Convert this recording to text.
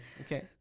okay